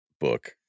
book